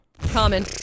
Common